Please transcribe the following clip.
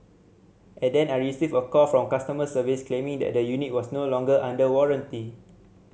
and then I received a call from customer service claiming that the unit was no longer under warranty